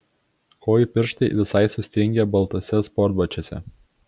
kojų pirštai visai sustingę baltuose sportbačiuose